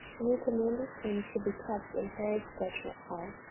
and he commanded him to be kept in herod's judgment hall.